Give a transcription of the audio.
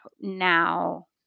now